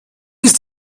ist